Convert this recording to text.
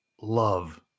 love